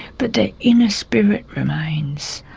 but their inner spirit remains.